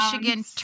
Michigan